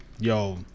Yo